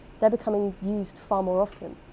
they're becoming used far more often.